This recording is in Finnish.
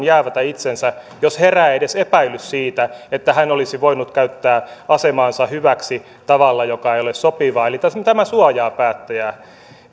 jäävätä itsensä silloin jos herää edes epäilys siitä että hän olisi voinut käyttää asemaansa hyväksi tavalla joka ei ole sopivaa eli tämä suojaa päättäjää